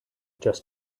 just